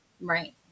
right